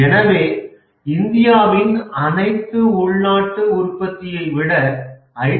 எனவே இந்தியாவின் அனைத்து உள்நாட்டு உற்பத்தியை விட ஐ